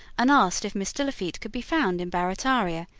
and asked if mr. lafitte could be found in barrataria,